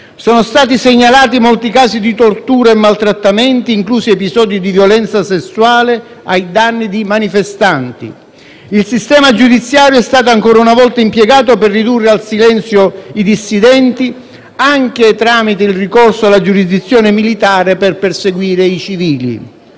Sono stati segnalati molti casi di tortura e altri maltrattamenti, inclusi episodi di violenza sessuale, ai danni di manifestanti. Il sistema giudiziario è stato ancora una volta impiegato per ridurre al silenzio i dissidenti, anche tramite il ricorso alla giurisdizione militare per perseguire i civili.